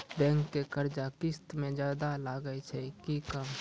Bank के कर्जा किस्त मे ज्यादा लागै छै कि कम?